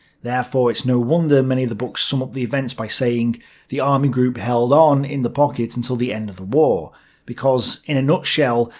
therefore it's no wonder many of the books sum up the events by saying the army group held on in the pocket until the end of the war because, in a nutshell,